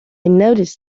noticed